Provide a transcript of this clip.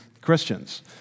Christians